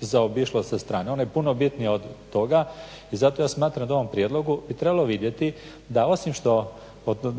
zaobišlo sa strane. Ona je puno bitnija od toga i zato ja smatram da u ovom prijedlogu bi trebalo vidjeti, da osim što,